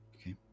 okay